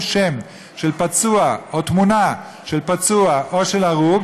שם של פצוע או תמונה של פצוע או של הרוג,